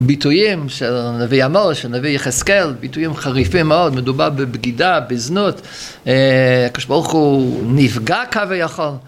ביטויים של הנביא עמוס, של הנביא יחזקאל, ביטויים חריפים מאוד, מדובר בבגידה, בזנות, הקדוש ברוך הוא נפגע כביכול.